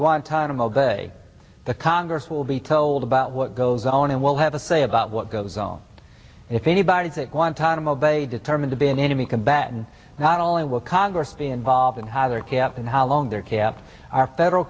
guantanamo bay the congress will be told about what goes on and will have a say about what goes on if anybody is a guantanamo bay determined to be an enemy combatant not only will congress be involved in how they are kept and how long they're kept our federal